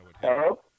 Hello